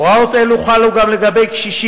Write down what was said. הוראות אלה חלו גם על קשישים,